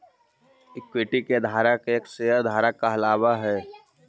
equity के धारक एक शेयर धारक कहलावऽ हइ